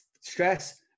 Stress